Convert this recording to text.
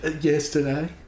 Yesterday